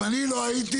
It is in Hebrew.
אם אני לא הייתי,